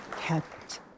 kept